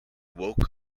woke